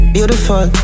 Beautiful